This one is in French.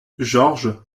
georges